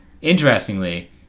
Interestingly